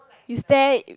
you stared it